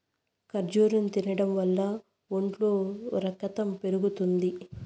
ఖర్జూరం తినడం వల్ల ఒంట్లో రకతం పెరుగుతుంది